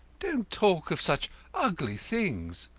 don't talk of such ugly things,